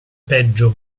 peggio